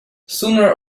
sooner